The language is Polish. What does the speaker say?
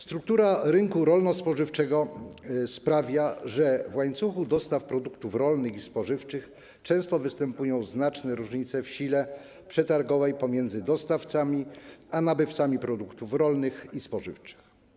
Struktura rynku rolno-spożywczego sprawia, że w łańcuchu dostaw produktów rolnych i spożywczych często występują znaczne różnice w sile przetargowej pomiędzy dostawcami a nabywcami produktów rolnych i spożywczych.